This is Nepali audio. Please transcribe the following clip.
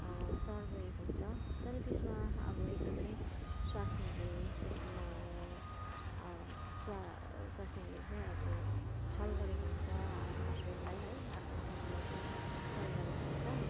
सहर गएको हुन्छ तर त्यसमा अब एकदमै स्वास्नीले त्यसमा अब स्वा स्वास्नीले चाहिँ अब छल गरेको हुन्छ आफ्नो हस्बेन्डलाई है आफ्नो पतिलाई चाहिँ छल गरेको हुन्छ